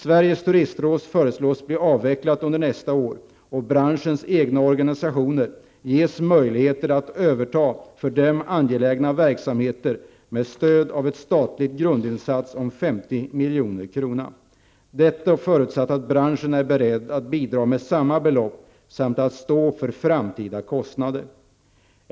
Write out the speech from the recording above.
Sveriges turistråd föreslås bli avvecklat under nästa år och branschens egna organisationer ges möjligheter att överta för dem angelägna verksamheter med stöd av en statlig grundinsats om 50 milj.kr., detta förutsatt att branschen är beredd att bidra med samma belopp samt att stå för framtida kostnader.